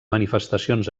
manifestacions